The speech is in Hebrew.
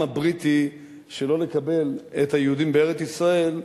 הבריטי שלא לקבל את היהודים בארץ-ישראל,